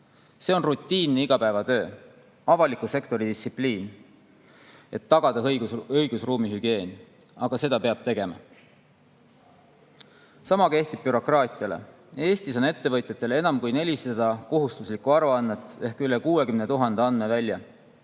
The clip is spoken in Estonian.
See on rutiinne igapäevatöö, avaliku sektori distsipliin, et tagada õigusruumi hügieen, aga seda peab tegema. Sama kehtib bürokraatiale. Eestis on ettevõtjatele enam kui 400 kohustuslikku aruannet ehk üle 60 000 andmevälja.